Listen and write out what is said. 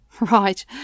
Right